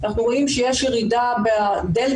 אנחנו רואים שיש ירידה בדלתא,